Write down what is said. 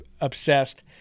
obsessed